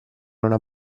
una